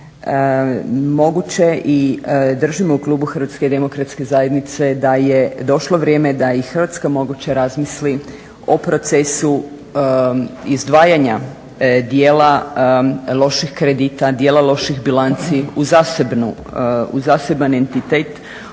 moguće i držimo u klubu Hrvatske demokratske zajednice da je došlo vrijeme da i Hrvatska moguće razmisli o procesu izdvajanja dijela loših kredita, dijela loših bilanci u zaseban entitet,